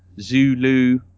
zulu